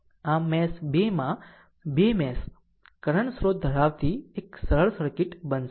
આમ મેશ 2 માં 2 mesh current સ્ત્રોત ધરાવતી એક સરળ સર્કિટ બનશે